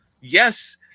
Yes